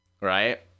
right